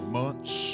months